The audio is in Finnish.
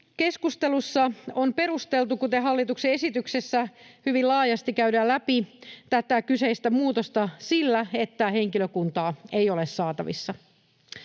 keskustelussa on perusteltu, kuten hallituksen esityksessä hyvin laajasti käydään läpi, tätä kyseistä muutosta sillä, että henkilökuntaa ei ole saatavissa.